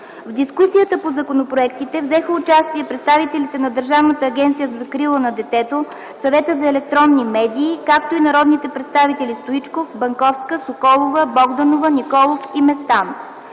В дискусията по законопроектите взеха участие представителите на Държавната агенция за закрила на детето, Съвета за електронни медии, както и народните представители Стоичков, Банковска, Соколова, Богданова, Николов и Местан.